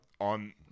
On